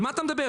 על מה אתה מדבר?